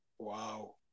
Wow